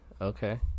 okay